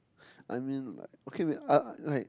I mean like okay wait I like